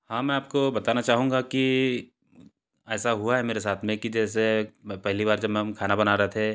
हाँ मैं आपको बताना चाहूँगा कि ऐसा हुआ है मेरे साथ में कि जैसे पहली बार जब हम खाना बना रहे थे